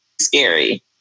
scary